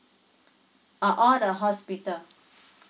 uh all the hospital